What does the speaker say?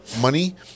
money